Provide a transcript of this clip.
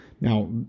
Now